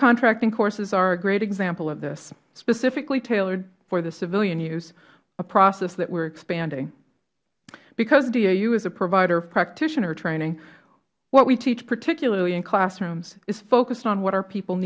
contracting courses are a great example of this specifically tailored for the civilian use a process that we are expanding because dau is a provider of practitioner training what we teach particularly in classrooms is focused on what our people